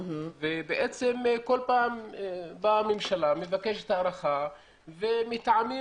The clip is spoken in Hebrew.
ובעצם כל פעם באה הממשלה ומבקשת הארכה ומטעמים